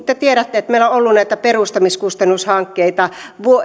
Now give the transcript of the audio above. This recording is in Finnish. te tiedätte että meillä on ollut näitä perustamiskustannushankkeita